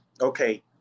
okay